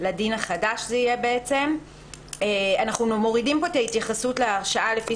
לדין החדש" אנחנו מורידים פה את ההתייחסות להרשעה לפי